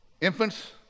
Infants